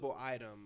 item